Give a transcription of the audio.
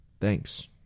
Thanks